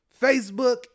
Facebook